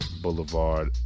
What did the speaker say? Boulevard